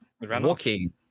walking